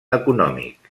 econòmic